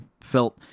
felt